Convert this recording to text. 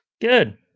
Good